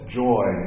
joy